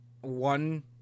one